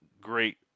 great